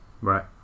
Right